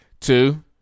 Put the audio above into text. Two